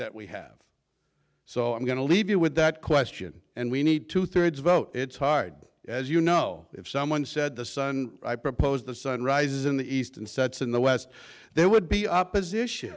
that we have so i'm going to leave you with that question and we need two thirds vote it's hard as you know if someone said the sun i propose the sun rises in the east and sets in the west there would be opposition